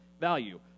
value